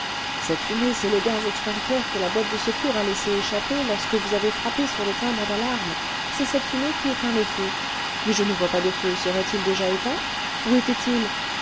cette fumée c'est le gaz extincteur que la boîte de secours a laissé échapper lorsque vous avez frappé sur le timbre d'alarme c'est cette fumée qui éteint le feu mais je ne vois pas de feu serait-il déjà éteint où était-il